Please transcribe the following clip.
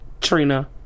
Trina